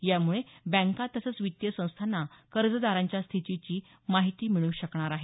यामुळे बँका तसंच वित्तीय संस्थांना कर्जदारांच्या स्थितीची माहिती मिळू शकणार आहे